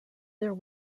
there